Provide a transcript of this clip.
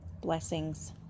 blessings